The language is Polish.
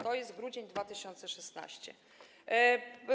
To jest grudzień 2016 r.